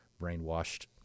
brainwashed